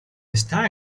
está